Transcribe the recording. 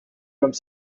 comme